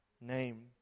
name